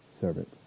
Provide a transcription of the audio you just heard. servant